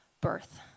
birth